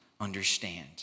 understand